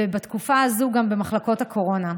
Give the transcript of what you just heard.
ובתקופה הזו גם במחלקות הקורונה.